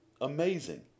Amazing